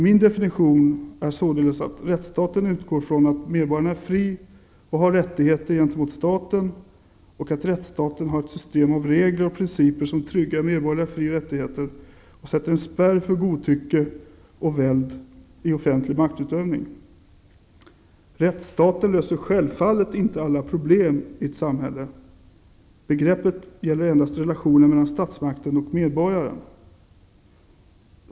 Min definition är således att rättsstaten utgår från att medborgaren är fri och har rättigheter gentemot staten och att rättsstaten har ett system av regler och principer som tryggar medborgerliga fri-och rättigheter och sätter en spärr för godtycke och väld i offentlig maktutövning. Rättsstaten löser självfallet inte alla problem i ett samhälle. Begreppet gäller endast relationen mellan statsmakten och medborgaren.